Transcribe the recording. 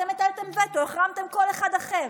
אתם הטלתם וטו, החרמתם כל אחד אחר.